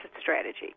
strategy